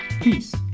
Peace